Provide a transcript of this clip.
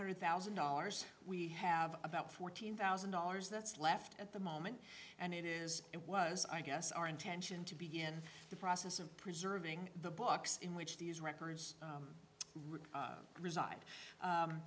hundred thousand dollars we have about fourteen thousand dollars that's left at the moment and it is it was i guess our intention to begin the process of preserving the books in which these records really reside